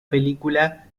película